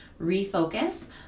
refocus